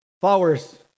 Flowers